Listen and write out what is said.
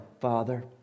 Father